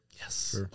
Yes